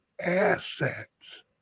assets